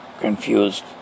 confused